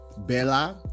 Bella